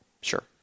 sure